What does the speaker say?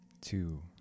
two